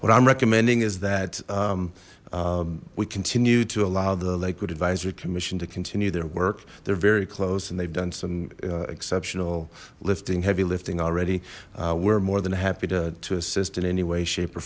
what i'm recommending is that we continue to allow the lakewood advisory commission to continue their work they're very close and they've done some exceptional lifting heavy lifting already we're more than happy to assist in any way shape or